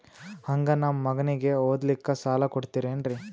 ಹಂಗ ನಮ್ಮ ಮಗನಿಗೆ ಓದಲಿಕ್ಕೆ ಸಾಲ ಕೊಡ್ತಿರೇನ್ರಿ?